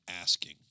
asking